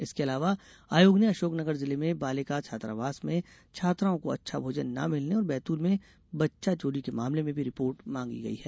इसके अलावा आयोग ने अशोकनगर जिले में बालिका छात्रावास में छात्राओं को अच्छा भोजन न मिलने और बैतूल में बच्चा चोरी के मामले में भी रिपोर्ट मांगी गई है